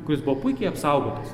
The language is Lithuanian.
kuris buvo puikiai apsaugotas